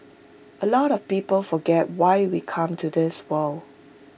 A lot of people forget why we come to this world